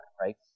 right